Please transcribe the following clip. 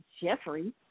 Jeffrey